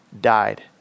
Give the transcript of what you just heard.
died